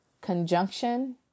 conjunction